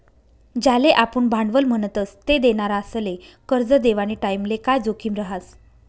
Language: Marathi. ज्याले आपुन भांडवल म्हणतस ते देनारासले करजं देवानी टाईमले काय जोखीम रहास